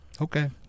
Okay